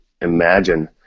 imagine